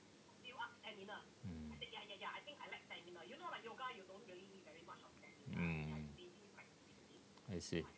mm mm I see